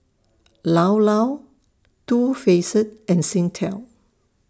Llao Llao Too Faced and Singtel